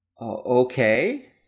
Okay